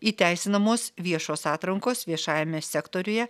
įteisinamos viešos atrankos viešajame sektoriuje